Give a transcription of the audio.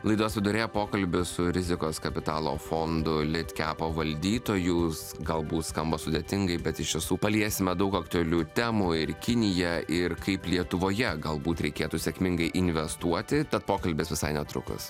laidos viduryje pokalbis su rizikos kapitalo fondu litkapo valdytojus galbūt skamba sudėtingai bet iš tiesų paliesime daug aktualių temų ir kiniją ir kaip lietuvoje galbūt reikėtų sėkmingai investuoti tad pokalbis visai netrukus